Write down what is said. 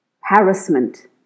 harassment